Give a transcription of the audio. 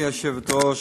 גברתי היושבת-ראש,